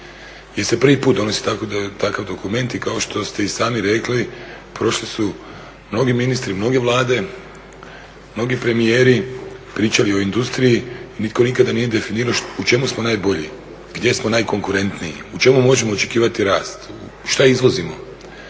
se prvi put donosi takav dokument i kao što ste i sami rekli prošli su mnogi ministri, mnoge vlade, mnogi premijeri, pričali o industriji, nitko nikada nije definirao u čemu smo najbolji, gdje smo najkonkurentniji, u čemu možemo očekivati rast, što izvozimo,